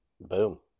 boom